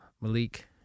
Malik